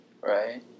Right